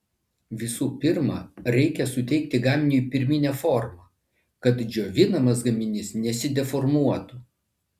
visų pirma reikia suteikti gaminiui pirminę formą kad džiovinamas gaminys nesideformuotų